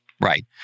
Right